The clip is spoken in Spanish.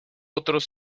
otros